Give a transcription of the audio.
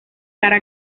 cara